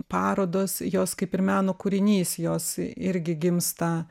parodos jos kaip ir meno kūrinys jos irgi gimsta